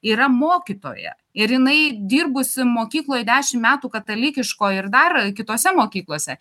yra mokytoja ir jinai dirbusi mokykloj dešim metų katalikiškoj ir dar kitose mokyklose